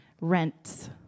Rents